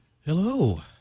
Hello